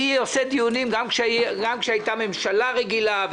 אני עושה דיונים גם כשהייתה ממשלה רגילה,